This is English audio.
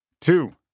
two